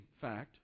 fact